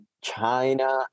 china